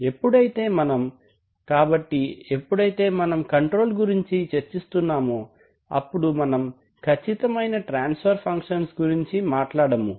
ఎప్పుడైతే మనం కాబట్టి ఎప్పుడైతే మనం కంట్రోల్ గురించి చర్చిస్తున్నామో అప్పుడు మనం ఖచ్చితమైన ట్రాన్స్ఫర్ ఫంక్షన్స్ గురించి మాట్లాడము